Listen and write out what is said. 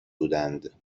بودند